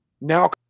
now